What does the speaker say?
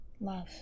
love